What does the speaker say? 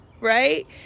right